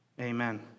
amen